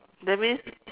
that means